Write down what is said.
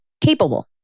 capable